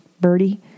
birdie